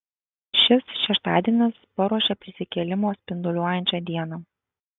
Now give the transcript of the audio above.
šis šeštadienis paruošia prisikėlimo spinduliuojančią dieną